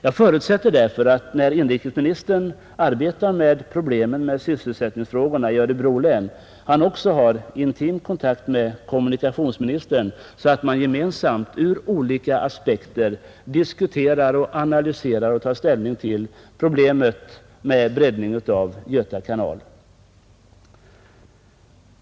Jag förutsätter därför att inrikesministern, när han arbetar med sysselsättningsfrågorna i Örebro län, också har intim kontakt med kommunikationsministern, så att de gemensamt ur olika aspekter diskuterar, analyserar och tar ställning till problemet med breddning av Göta kanal.